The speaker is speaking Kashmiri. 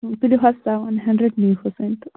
تُلِو حظ سیٚوَن ہنٛڈرنٛڈ نیٖہوٗس وۅنۍ تہٕ